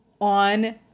on